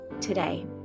today